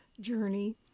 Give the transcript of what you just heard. journey